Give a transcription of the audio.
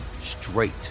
straight